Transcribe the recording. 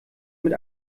mit